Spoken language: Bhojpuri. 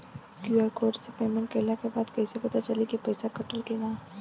क्यू.आर कोड से पेमेंट कईला के बाद कईसे पता चली की पैसा कटल की ना?